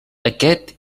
aquest